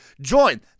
join